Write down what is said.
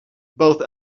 both